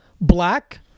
black